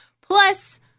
Plus